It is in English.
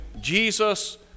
Jesus